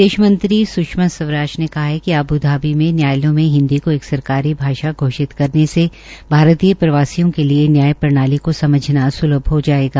विदेश मंत्री स्षमा स्वराज ने कहा है कि आबू धाबी में न्यायालयें में हिन्दी को एक सरकारी भाषा घोषित करने से भारतीय प्रवासी के लिये न्याय प्रणाली को समझना सुलभ हो जायेगा